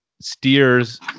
steers